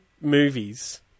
movies